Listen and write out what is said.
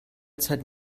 zeit